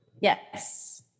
Yes